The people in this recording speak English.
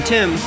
Tim